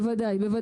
בוודאי.